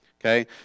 Okay